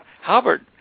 Halbert